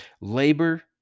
Labor